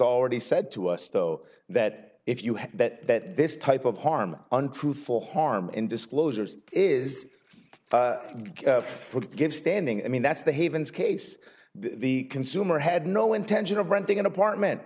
already said to us though that if you have that this type of harm untruthful harm in disclosures is forgive standing i mean that's the havens case the consumer had no intention of renting an apartment